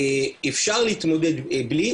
אפשר להתמודד בלי,